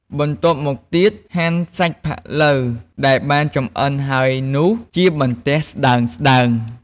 បន្ទាប់មកទៀត ហាន់ សាច់ផាក់ឡូវ ដែលបានចម្អិនហើយនោះ ជាបន្ទះស្តើងៗ។